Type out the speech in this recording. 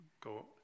go